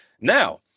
now